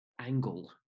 angle